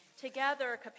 Together